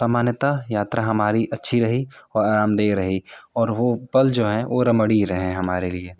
सामान्यतः यात्रा हमारी अच्छी रही और आरामदेह रही और वो पल जो है वो रमणीय रही हमारे लिए